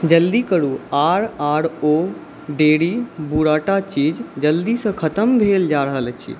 जल्दी करू आर आर ओ डेयरी बुर्राटा चीज जल्दीसँ खतम भेल जा रहल अछि